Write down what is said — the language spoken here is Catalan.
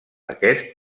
aquest